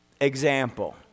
example